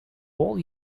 all